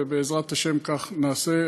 ובעזרת השם כך נעשה,